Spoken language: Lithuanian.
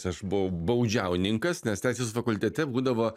aš buvau baudžiauninkas nes teisės fakultete būdavo